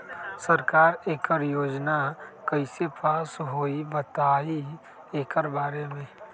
सरकार एकड़ योजना कईसे पास होई बताई एकर बारे मे?